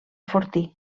fortí